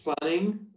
planning